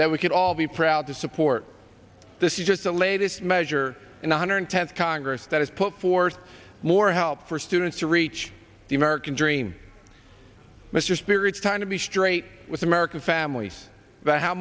that we could all be proud to support this is just the latest measure and one hundred tenth congress that has put forth more help for students to reach the american dream mr spirits time to be straight with american families about how